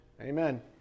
Amen